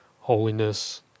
holiness